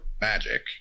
magic